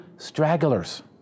stragglers